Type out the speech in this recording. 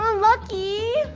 ah lucky!